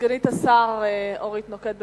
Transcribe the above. סגנית השר אורית נוקד.